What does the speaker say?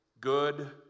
good